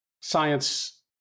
science